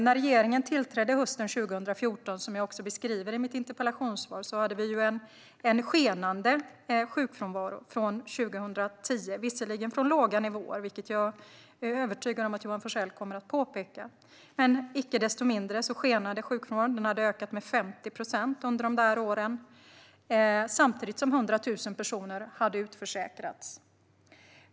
När regeringen tillträdde hösten 2014 - detta beskrev jag i mitt interpellationssvar - hade vi en skenande sjukfrånvaro sedan 2010. Det var visserligen från låga nivåer, vilket jag är övertygad om att Johan Forssell kommer att påpeka, men icke desto mindre skenade sjukfrånvaron. Den hade ökat med 50 procent under de åren samtidigt som 100 000 personer hade utförsäkrats.